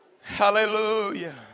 hallelujah